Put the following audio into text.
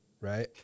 Right